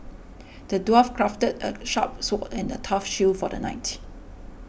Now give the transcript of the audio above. the dwarf crafted a sharp sword and a tough shield for the knight